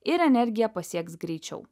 ir energija pasieks greičiau